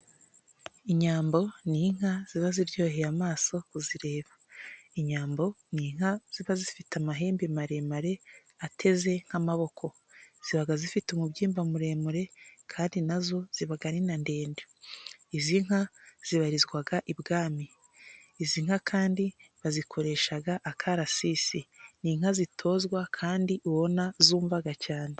Inyambo ni inka ziba ziryoheye amaso kuzireba inyambo inka ziba zifite amahembe maremare ateze nk'amaboko zibaga zifite umubyimba muremure kandi nazo zibagari na ndende izi nka zibarizwaga ibwami izi nka kandi bazikoreshaga akarasisi ni inka zitozwa kandi ubona zumva cyane.